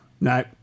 No